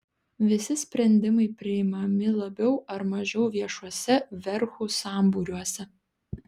visi sprendimai priimami labiau ar mažiau viešuose verchų sambūriuose